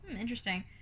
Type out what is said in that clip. interesting